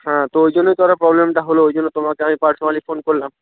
হ্যাঁ তো ওই জন্যই তো আরও প্রবলেমটা হলো ওই জন্য তোমাকে আমি পার্সোনালি ফোন করলাম